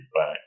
back